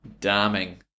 Damning